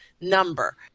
number